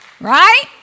Right